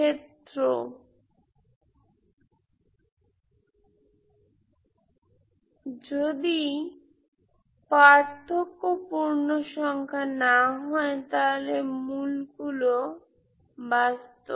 ক্ষেত্র যদি পার্থক্য পূর্ণসংখ্যা না হয় তাহলে রুট গুলো বাস্তব